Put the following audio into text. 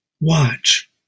watch